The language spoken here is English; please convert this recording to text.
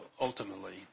ultimately